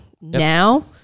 now